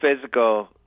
physical